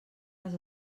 les